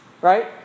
Right